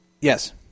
yes